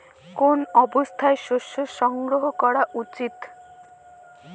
কোন অবস্থায় শস্য সংগ্রহ করা উচিৎ?